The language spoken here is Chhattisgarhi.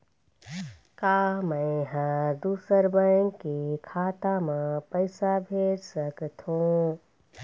का मैं ह दूसर बैंक के खाता म पैसा भेज सकथों?